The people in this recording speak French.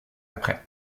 après